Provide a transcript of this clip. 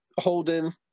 holding